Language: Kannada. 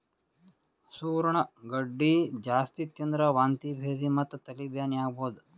ಸೂರಣ ಗಡ್ಡಿ ಜಾಸ್ತಿ ತಿಂದ್ರ್ ವಾಂತಿ ಭೇದಿ ಮತ್ತ್ ತಲಿ ಬ್ಯಾನಿ ಆಗಬಹುದ್